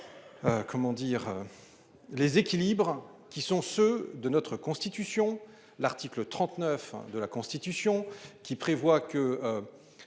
Comment dire. Les équilibres qui sont ceux de notre constitution. L'article 39 de la Constitution qui prévoit que.